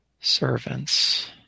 servants